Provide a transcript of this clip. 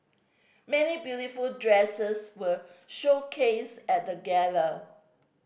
many beautiful dresses were showcased at the gala